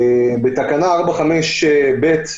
בתקנה 4(5)(ב)